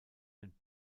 ein